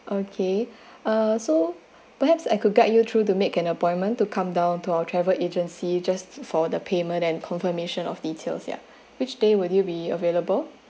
okay uh so perhaps I could guide you through to make an appointment to come down to our travel agency just for the payment and confirmation of details ya which day will you be available